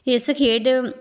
ਇਸ ਖੇਡ